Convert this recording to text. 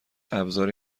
ابزاری